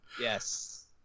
Yes